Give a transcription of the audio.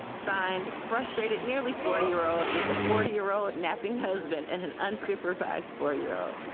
find frustrated nearly forty year old with a forty year old napping husband and an unsupervised four year old